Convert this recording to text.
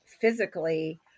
physically